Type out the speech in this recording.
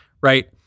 right